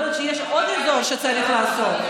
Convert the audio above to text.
יכול להיות שיש עוד אזור שצריך לעשות.